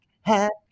Happy